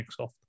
Microsoft